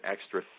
extra